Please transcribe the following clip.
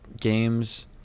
games